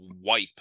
wipe